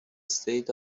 state